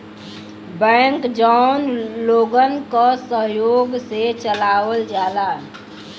bank जौन लोगन क सहयोग से चलावल जाला